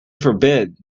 forbid